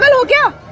but will go